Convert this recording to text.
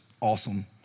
awesome